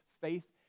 Faith